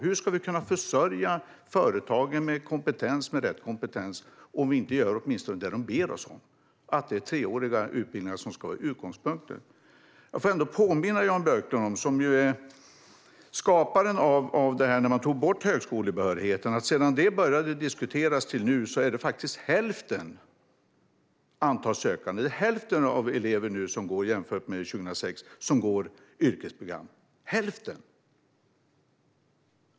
Hur ska vi kunna försörja företagen med rätt kompetens om vi inte ens gör det de ber oss om och ser till att det är treåriga utbildningar som är utgångspunkten? Låt mig påminna Jan Björklund, som ju är skaparen av åtgärden att ta bort högskolebehörigheten, om att sedan detta började diskuteras fram till i dag är det nu bara hälften så många elever som går yrkesprogram jämfört med 2006 - hälften!